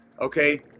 Okay